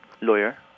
lawyer